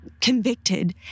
convicted